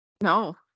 no